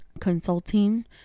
consulting